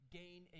gain